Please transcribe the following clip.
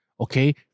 okay